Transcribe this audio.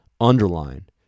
underline